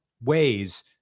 ways